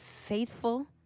faithful